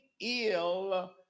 ill